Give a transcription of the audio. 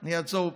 אני אעצור פה.